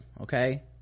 okay